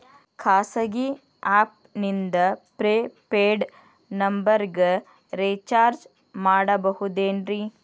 ಖಾಸಗಿ ಆ್ಯಪ್ ನಿಂದ prepaid ನಂಬರಿಗ ರೇಚಾರ್ಜ್ ಮಾಡಬಹುದೇನ್ರಿ?